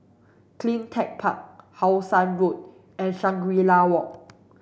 CleanTech Park How Sun Road and Shangri La Walk